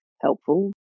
helpful